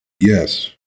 Yes